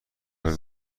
وارد